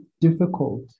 difficult